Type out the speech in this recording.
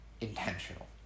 intentional